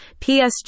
PSG